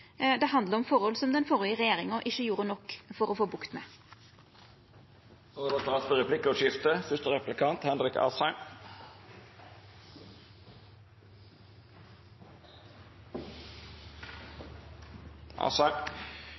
Det handlar om forhold som den førre regjeringa ikkje gjorde nok for å få bukt med.